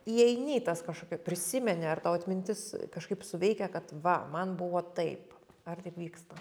įeini į tas kažkokia prisimeni ar tau atmintis kažkaip suveikia kad va man buvo taip ar taip vyksta